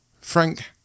Frank